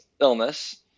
illness